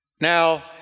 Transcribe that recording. Now